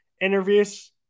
interviews